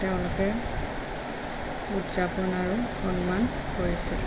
তেওঁলোকে উদযাপন আৰু সন্মান কৰিছিল